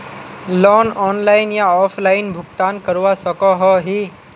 Loan online या offline भुगतान करवा सकोहो ही?